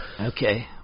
Okay